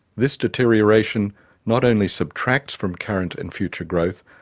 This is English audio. this deterioration not only subtracts from current and future growth,